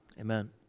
amen